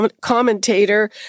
commentator